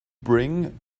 bring